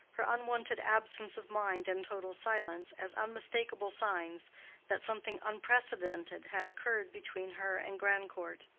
her unwonted absence of mind and total silence, as unmistakable signs that something unprecedented had occurred between her and grandcourt.